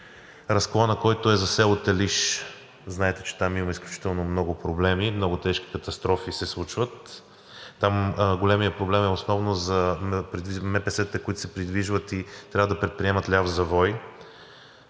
Разклонът, който е за село Телиш, знаете, че там има изключително много проблеми, много тежки катастрофи се случват. Там големият проблем е основно за МПС-тата, които се придвижват и трябва да предприемат ляв завой.